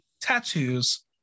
tattoos